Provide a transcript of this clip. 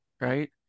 right